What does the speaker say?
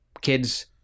Kids